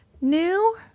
new